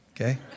okay